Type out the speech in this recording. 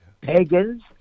pagans